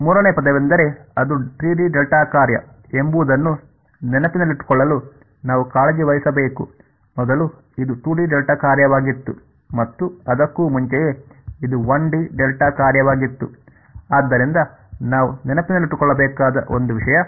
ಮೂರನೆಯ ಪದವೆಂದರೆ ಅದು 3 ಡಿ ಡೆಲ್ಟಾ ಕಾರ್ಯ ಎಂಬುದನ್ನು ನೆನಪಿನಲ್ಲಿಟ್ಟುಕೊಳ್ಳಲು ನಾವು ಕಾಳಜಿ ವಹಿಸಬೇಕು ಮೊದಲು ಇದು 2 ಡಿ ಡೆಲ್ಟಾ ಕಾರ್ಯವಾಗಿತ್ತು ಮತ್ತು ಅದಕ್ಕೂ ಮುಂಚೆಯೇ ಇದು 1 ಡಿ ಡೆಲ್ಟಾ ಕಾರ್ಯವಾಗಿತ್ತು ಆದ್ದರಿಂದ ನಾವು ನೆನಪಿನಲ್ಲಿಟ್ಟುಕೊಳ್ಳಬೇಕಾದ ಒಂದು ವಿಷಯ